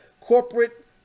corporate